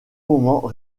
moment